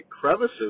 crevices